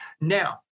Now